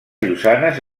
llosanes